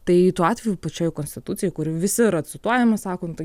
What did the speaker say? tai tuo atveju pačioj konstitucijoj kur visi yra cituojami sako nu tai